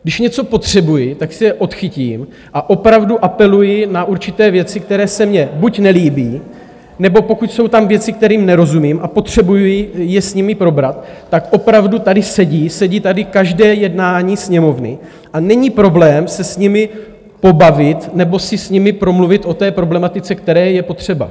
Když něco potřebuji, tak si je odchytím a opravdu apeluji na určité věci, které se mně buď nelíbí, nebo pokud jsou tam věci, kterým nerozumím a potřebuji je s nimi probrat, tak opravdu tady sedí, sedí tady každé jednání Sněmovny a není problém se s nimi pobavit nebo si s nimi promluvit o té problematice, která je potřeba.